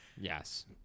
Yes